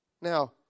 Now